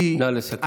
נא לסכם.